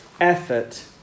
effort